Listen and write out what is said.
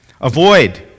avoid